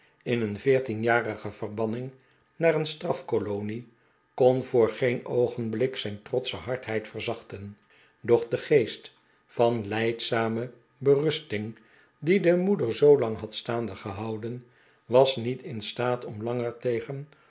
in een veertienjarige verbanning naar een strafkolonie kon voor geen oogenblik zijn trotsche hardheid verzachten doch de geest van lijdzame berusting die de moeder zoolang had staande gehou den was niet in staat om langer tegen